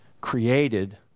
created